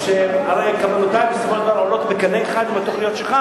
שהרי כוונותי בסופו של דבר עולות בקנה אחד עם התוכניות שלך,